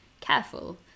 careful